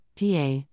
PA